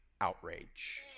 outrage